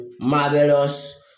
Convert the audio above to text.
marvelous